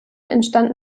entstand